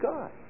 God